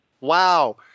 Wow